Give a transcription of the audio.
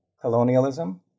colonialism